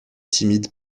timide